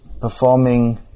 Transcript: performing